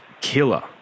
killer